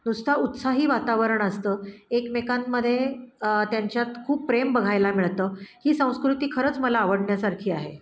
नुसता उत्साही वातावरण असतं एकमेकांमध्ये त्यांच्यात खूप प्रेम बघायला मिळतं ही संस्कृती खरंच मला आवडण्यासारखी आहे